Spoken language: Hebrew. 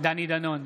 דני דנון,